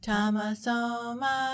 Tamasoma